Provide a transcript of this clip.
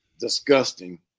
disgusting